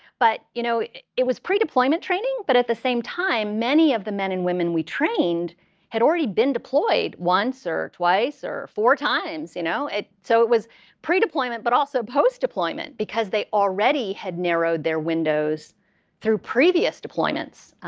but you know it was pre-deployment training. but at the same time, many of the men and women we trained had already been deployed once, or twice, or four times. you know so it was pre-deployment but also post-deployment because they already had narrowed their windows through previous deployments.